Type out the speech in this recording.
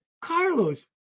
Carlos